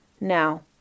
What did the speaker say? Now